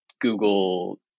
Google